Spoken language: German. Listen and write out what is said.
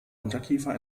unterkiefer